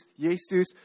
Jesus